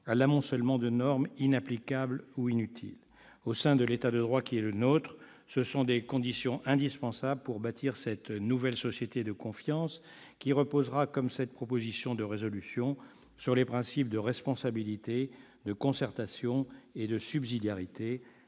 à l'amoncellement de normes inapplicables ou inutiles. C'est là, au sein de l'État de droit qui est le nôtre, une condition indispensable pour bâtir la nouvelle société de confiance, laquelle reposera, comme cette proposition de résolution, sur les principes de responsabilité, de concertation et de subsidiarité.